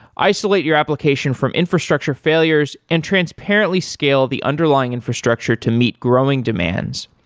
isolate your application from infrastructure failures and transparently scale the underlying infrastructure to meet growing demands,